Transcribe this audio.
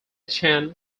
chan